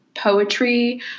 poetry